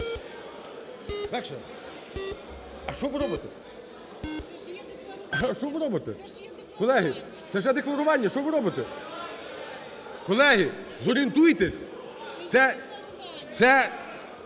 Що ви робите, колеги? Це ж е-декларування! Що ви робите?! Колеги, зорієнтуйтесь. Це,